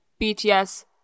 bts